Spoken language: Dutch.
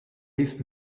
heeft